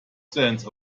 sense